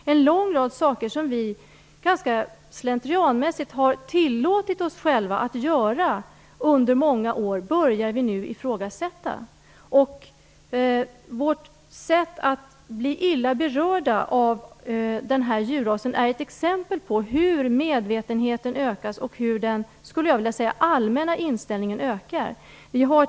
Vi börjar nu ifrågasätta en låg rad saker som vi ganska slentrianmässigt har tillåtit oss själva att göra under många år. Vårt sätt att bli illa berörda av den här djurrasen är ett exempel på hur medvetenheten ökar och hur den allmänna inställningen förändras.